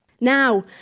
Now